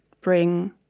bring